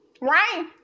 right